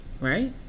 right